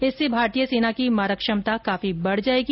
इससे भारतीय सेना की मारक क्षमता काफी बढ़ जाएगी